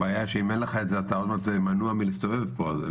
הבעיה שאם אין לך את זה אתה עוד מעט מנוע מלהסתובב במדינה.